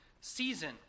season